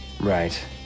Right